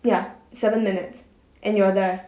ya seven minutes and you are there